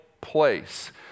place